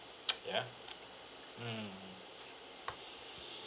ya mm